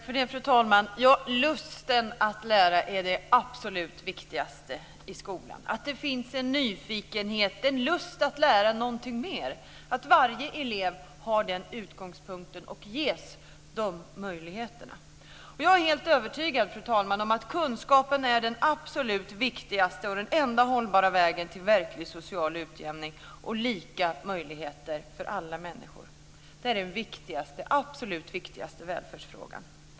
Fru talman! Lusten att lära är det absolut viktigaste i skolan. Det ska finnas en nyfikenhet och en lust att lära någonting mer. Varje elev ska ha den utgångspunkten och ges de möjligheterna. Fru talman! Jag är helt övertygad om att kunskap är det absolut viktigaste och den enda hållbara vägen till verklig social utjämning och lika möjligheter för alla människor. Det den absolut viktigaste välfärdsfrågan.